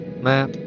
map